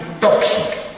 toxic